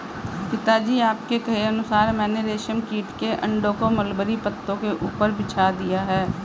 पिताजी आपके कहे अनुसार मैंने रेशम कीट के अंडों को मलबरी पत्तों के ऊपर बिछा दिया है